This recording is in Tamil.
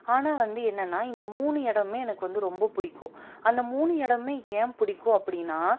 ஆனால் வந்து என்னென்னா இந்த மூணு இடமுமே எனக்கு வந்து ரொம்ப பிடிக்கும் அந்த மூணு இடமுமே ஏன் புடிக்கும் அப்படின்னா